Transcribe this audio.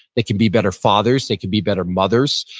they can be better fathers. they can be better mothers.